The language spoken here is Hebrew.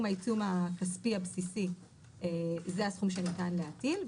העיצום הכספי הבסיסי הוא הסכום שניתן להטיל.